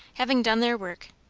having done their work,